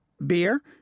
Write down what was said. Beer